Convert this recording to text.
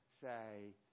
say